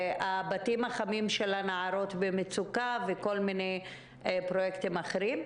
הבתים החמים של הנערות במצוקה וכל מיני פרויקטים אחרים?